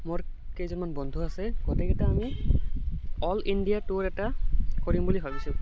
মোৰ কেইজনমান বন্ধু আছে গোটেইকেইটা আমি অল ইণ্ডিয়া টুৰ এটা কৰিম বুলি ভাবিছোঁ